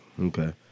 Okay